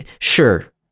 sure